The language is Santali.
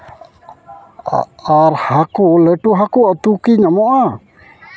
ᱟᱨ ᱦᱟᱹᱠᱩ ᱞᱟᱹᱴᱩ ᱦᱟᱹᱠᱩ ᱩᱛᱩ ᱠᱤ ᱧᱟᱢᱚᱜᱼᱟ